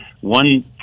One